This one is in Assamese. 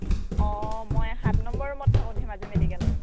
অঁ মই সাত নম্বৰ ৰুমত থাকোঁ ধেমাজি মেডিকেলৰ